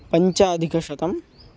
पञ्चाधिकशतम्